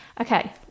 okay